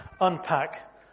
unpack